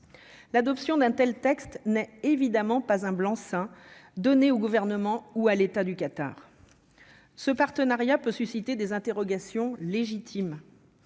L'adoption d'un tel texte n'est évidemment pas un blanc-seing donné au gouvernement ou à l'État, du Qatar, ce partenariat peut susciter des interrogations légitimes.